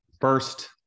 first